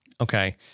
Okay